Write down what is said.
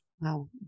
Wow